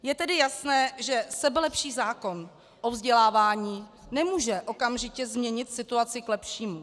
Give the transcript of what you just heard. Je tedy jasné, že sebelepší zákon o vzdělávání nemůže okamžitě změnit situaci k lepšímu.